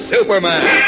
Superman